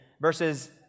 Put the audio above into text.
verses